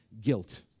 guilt